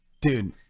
Dude